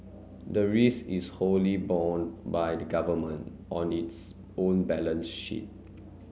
the risk is wholly borne by the Government on its own balance sheet